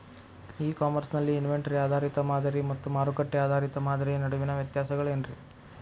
E commerce ನಲ್ಲಿ inventory ಆಧಾರಿತ ಮಾದರಿ ಮತ್ತ ಮಾರುಕಟ್ಟೆ ಆಧಾರಿತ ಮಾದರಿಯ ನಡುವಿನ ವ್ಯತ್ಯಾಸಗಳೇನ ರೇ?